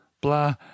blah